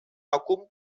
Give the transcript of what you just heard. acum